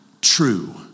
true